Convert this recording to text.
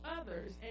others